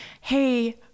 hey